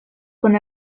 con